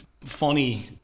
funny